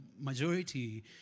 majority